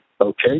Okay